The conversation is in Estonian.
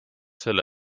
selle